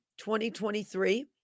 2023